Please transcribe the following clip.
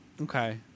Okay